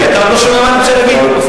עוד